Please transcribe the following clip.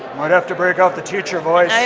might have to break out the teacher voice.